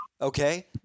Okay